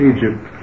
Egypt